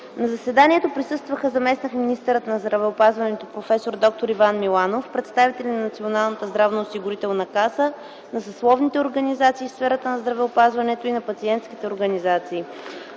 На заседанието присъстваха заместник-министърът на здравеопазването проф. д-р Иван Миланов, представители на Националната здравноосигурителна каса, на съсловните организации в сферата на здравеопазването и на пациентските организации.